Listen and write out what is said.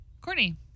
Courtney